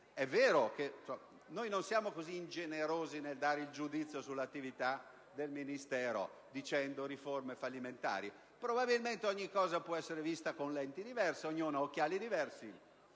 maniera. Noi non siamo così ingenerosi nel dare il giudizio sull'attività del Ministero parlando di riforme fallimentari. Probabilmente ogni cosa può essere vista con lenti diversi; ognuno ha occhiali diversi: